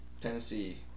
Tennessee